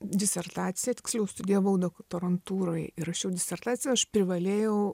disertaciją tiksliau studijavau doktorantūroj ir rašiau disertaciją aš privalėjau